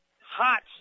hot